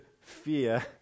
fear